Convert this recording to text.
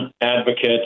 advocate